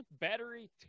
battery